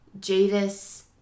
Jadis